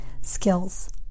skills